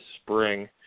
spring